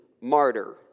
martyr